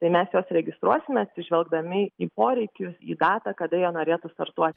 tai mes juos registruosime atsižvelgdami į poreikius į datą kada jie norėtų startuot